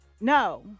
No